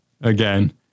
again